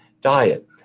diet